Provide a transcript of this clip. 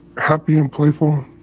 happy and playful.